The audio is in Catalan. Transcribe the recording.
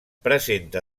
presenta